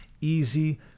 easy